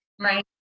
Right